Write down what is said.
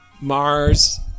Mars